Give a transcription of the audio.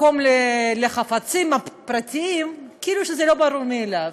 מקום לחפצים הפרטיים, כאילו שזה לא ברור מאליו.